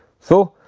so,